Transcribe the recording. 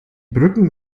brücken